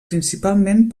principalment